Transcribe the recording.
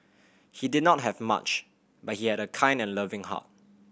he did not have much but he had a kind and loving heart